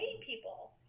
people